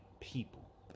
people